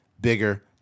bigger